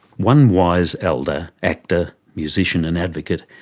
one wise elder, actor, musician and advocate,